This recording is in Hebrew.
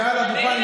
מעל הדוכן,